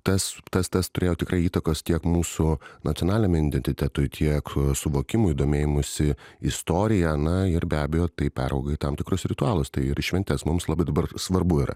tas tas tas turėjo tikrai įtakos tiek mūsų nacionaliniam identitetui tiek suvokimui domėjimusi istorija na ir be abejo tai perauga į tam tikrus ritualus tai ir šventes mums labai dabar svarbu yra